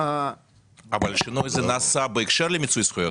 אבל השינוי הזה נעשה בהקשר למיצוי זכויות.